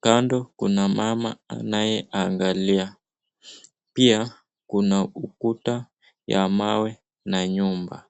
Kando kuna mama anayeangalia pia kuna ukuta ya mawe na nyumba.